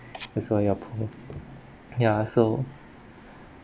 that's why you are poor ya so